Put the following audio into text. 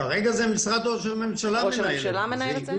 כרגע משרד ראש הממשלה מנהל את זה.